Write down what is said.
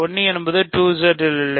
1 என்பது 2Z இல் இல்லை